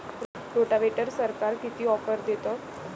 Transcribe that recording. रोटावेटरवर सरकार किती ऑफर देतं?